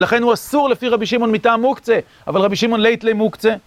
לכן הוא אסור לפי רבי שמעון מטעם מוקצה, אבל רבי שמעון ליטלי מוקצה.